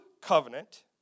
covenant